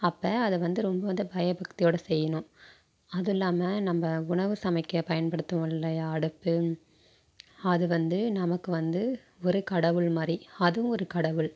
அப்போ அதை வந்து ரொம்ப வந்து பயபக்தியோடு செய்யணும் அதில்லாம நம்ப உணவு சமைக்க பயன்படுத்துவோம் இல்லையா அடுப்பு அது வந்து நமக்கு வந்து ஒரு கடவுள் மாதிரி அதுவும் ஒரு கடவுள்